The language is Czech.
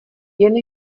jen